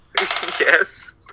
Yes